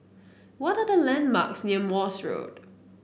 what the landmarks near Morse Road